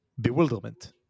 bewilderment